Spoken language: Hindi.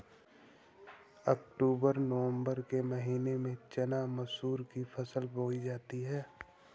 अक्टूबर नवम्बर के महीना में चना मसूर की फसल बोई जाती है?